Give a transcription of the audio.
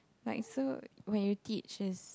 like so when you teach is